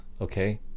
okay